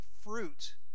fruit